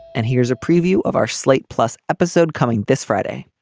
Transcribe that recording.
and here's a preview of our slate plus episode coming this friday